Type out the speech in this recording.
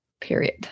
period